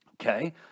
Okay